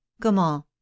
Comment